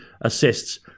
assists